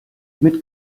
mit